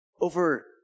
over